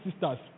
sisters